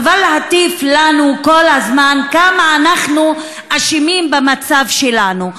חבל להטיף לנו כל הזמן כמה אנחנו אשמים במצב שלנו,